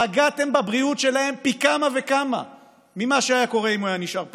פגעתם בבריאות שלהם פי כמה וכמה ממה שהיה קורה אם הוא היה נשאר פתוח.